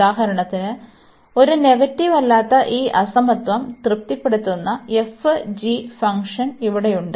ഉദാഹരണത്തിന് ഒരു നെഗറ്റീവ് അല്ലാത്ത ഈ അസമത്വം തൃപ്തിപ്പെടുത്തുന്ന f g ഫംഗ്ഷൻ ഇവിടെയുണ്ട്